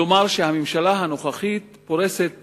כלומר, שהממשלה הנוכחית פורסת